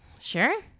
Sure